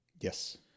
Yes